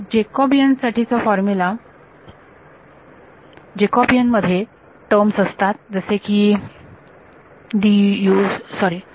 तर जॅकॉबियन साठी चा फॉर्मुला जॅकॉबियन मध्ये टर्मस असतात जसे की d u सॉरी